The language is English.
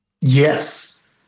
Yes